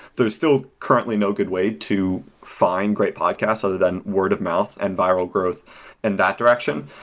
there's still currently no good way to find great podcasts other than word of mouth and viral growth in that direction.